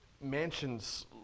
mansions